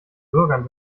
bürgern